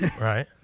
right